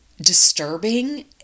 disturbing